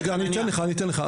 אני אתן לך,